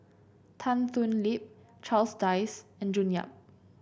Tan Thoon Lip Charles Dyce and June Yap